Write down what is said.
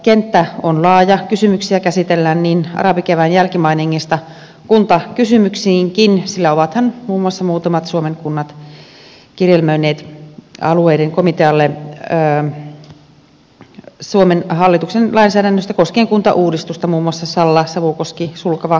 kenttä on laaja kysymyksiä käsitellään arabikevään jälkimainingeista kuntakysymyksiinkin sillä ovathan muun muassa muutamat suomen kunnat kirjelmöineet alueiden komitealle suomen hallituksen lainsäädännöstä koskien kuntauudistusta muun muassa salla savukoski sulkava sysmä